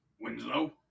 Winslow